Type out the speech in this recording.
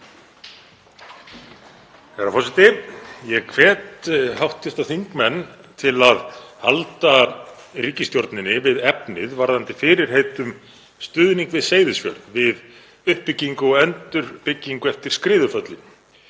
Herra forseti. Ég hvet hv. þingmenn til að halda ríkisstjórninni við efnið varðandi fyrirheit um stuðning við Seyðisfjörð, við uppbyggingu og endurbyggingu eftir skriðuföllin,